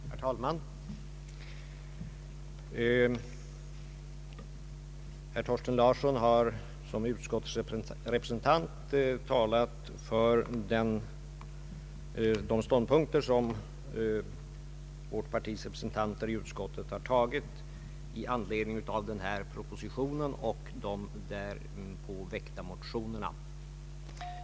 Herr talman! Herr Thorsten Larsson har i egenskap av utskottsrepresentant talat för de ståndpunkter som vårt partis företrädare i utskottet har intagit i anledning av denna proposition och de i anslutning därtill väckta motionerna.